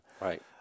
Right